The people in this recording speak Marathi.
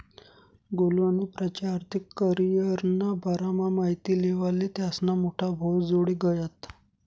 गोलु आणि प्राची आर्थिक करीयरना बारामा माहिती लेवाले त्यास्ना मोठा भाऊजोडे गयात